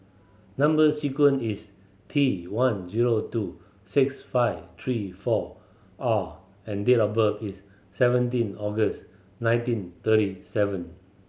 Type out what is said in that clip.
number sequence is T one zero two six five three four R and date of birth is seventeen August nineteen thirty seven